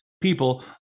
people